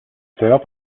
sœurs